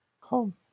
home